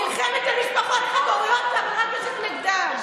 נלחמת על משפחות חד-הוריות, נגדן.